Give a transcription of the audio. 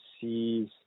sees